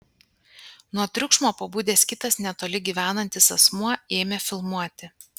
nuo triukšmo pabudęs kitas netoli gyvenantis asmuo ėmė filmuoti